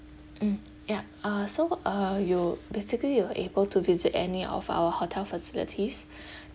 mm yup uh so uh you basically you are able to visit any of our hotel facilities